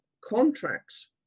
contracts